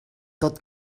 tot